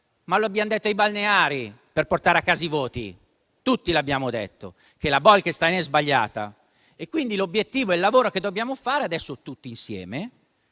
ma lo abbiamo detto ai balneari, per portare a casa i voti. Tutti abbiamo detto che la direttiva Bolkestein è sbagliata e allora il lavoro che dobbiamo fare adesso, tutti insieme,